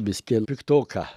biski jin piktoka